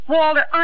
Walter